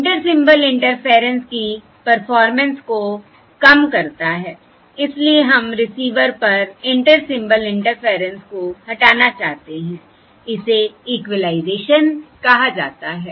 inter symbol interference communication की performance को कम करता है इसलिए हम रिसीवर पर इंटर सिंबल इंटरफेयरेंस को हटाना चाहते हैं इसे इक्विलाइज़ेशन कहा जाता है